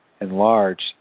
enlarged